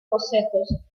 bocetos